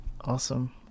Awesome